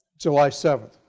july seven.